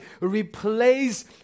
replace